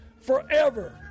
forever